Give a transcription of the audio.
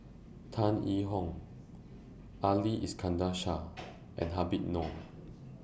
Tan Yee Hong Ali Iskandar Shah and Habib Noh